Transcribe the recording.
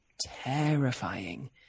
terrifying